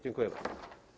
Dziękuję bardzo.